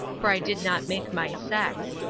for i did not make my sex.